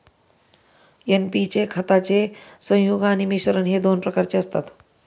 NP चे खताचे संयुग आणि मिश्रण हे दोन प्रकारचे असतात